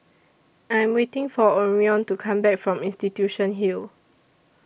I Am waiting For Orion to Come Back from Institution Hill